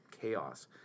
chaos